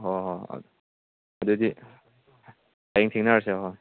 ꯍꯣꯏ ꯍꯣꯏ ꯑꯗꯨꯗꯤ ꯍꯌꯦꯡ ꯊꯦꯡꯅꯔꯁꯦ ꯍꯣꯏ